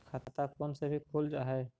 खाता फोन से भी खुल जाहै?